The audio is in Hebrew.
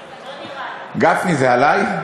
גפני, זה עלי?